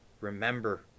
remember